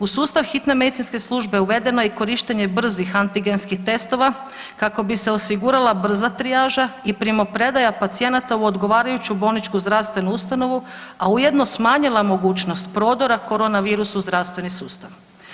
U sustav hitne medicinske službe uvedeno je i korištenje brzih antigenskih testova kako bi se osigurala brza trijaža i primopredaja pacijenata u odgovarajuću bolničku zdravstvenu ustanovu, a ujedno smanjila mogućnost prodora corona virusa u zdravstveni sustav.